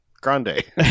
Grande